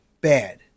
bad